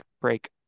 break